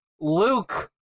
Luke